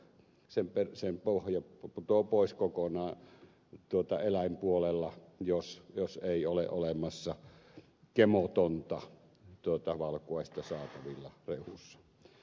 esimerkiksi luomutuotannon pohja putoaa pois kokonaan eläinpuolella jos ei ole olemassa gemotonta valkuaista saatavilla rehussa